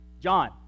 John